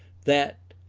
that,